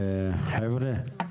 חבר'ה,